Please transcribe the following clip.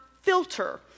filter